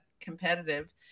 competitive